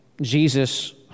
Jesus